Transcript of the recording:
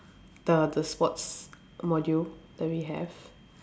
the the sports module that we have